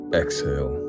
exhale